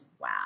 wow